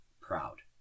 proud